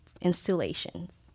installations